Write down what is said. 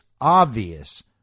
obvious